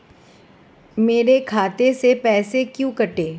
मेरे खाते से पैसे क्यों कटे?